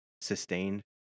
sustained